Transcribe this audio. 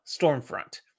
Stormfront